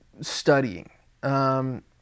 studying